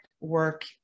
work